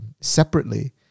separately